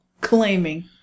Claiming